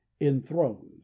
enthroned